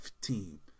team